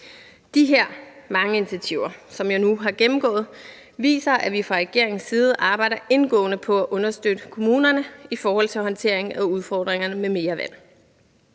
De her mange initiativer, som jeg nu har gennemgået, viser, at vi fra regeringens side arbejder indgående på at understøtte kommunerne i forhold til håndteringen af udfordringerne med mere vand.